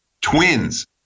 Twins